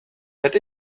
that